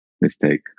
mistake